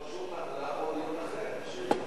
או דיון אחר,